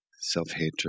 self-hatred